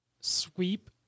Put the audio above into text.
sweep